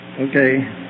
okay